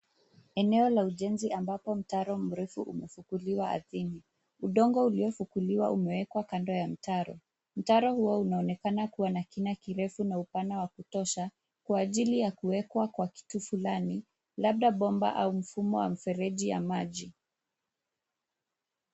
Eneo la ujenzi ambapo mtaro mrefu umefukuliwa ardhini. Udongo uliofukuliwa umewekwa kando ya mtaro. Mtaro huo unaonekana kuwa na kina kirefu na upana wa kutosha, kwa ajili ya kuwekwa kwa kitu fulani, labda bomba au mfumo wa mfereji wa maji.